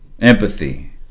empathy